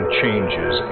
changes